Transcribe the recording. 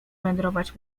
wędrować